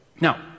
Now